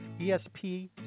ESP